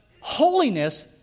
holiness